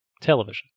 television